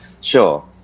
sure